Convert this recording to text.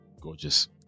Gorgeous